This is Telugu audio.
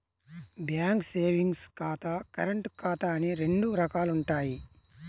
బ్యాంకు సేవింగ్స్ ఖాతా, కరెంటు ఖాతా అని రెండు రకాలుంటయ్యి